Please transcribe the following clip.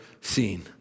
seen